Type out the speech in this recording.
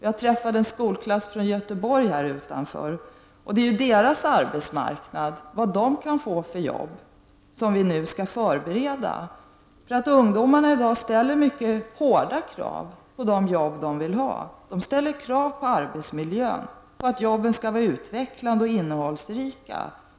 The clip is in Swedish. Jag träffade en skolklass från Göteborg här utanför. Det är ju deras arbetsmarknad, deras möjligheter att få arbete, som vi nu skall förbereda. Ungdomarna ställer i dag mycket stora krav på sina arbeten. De ställer krav på arbetsmiljön, på att jobben skall vara utvecklande och innehållsrika.